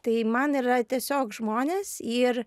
tai man yra tiesiog žmonės ir